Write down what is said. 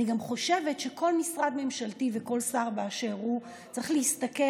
אני גם חושבת שכל משרד ממשלתי וכל שר באשר הם צריכים להסתכל